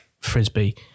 frisbee